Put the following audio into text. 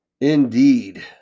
Indeed